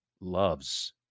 loves